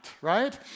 right